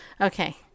Okay